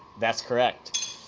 that's correct.